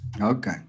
Okay